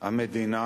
המדינה